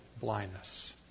blindness